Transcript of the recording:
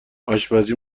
آشپزی